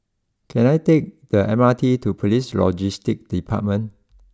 can I take the M R T to police Logistics Department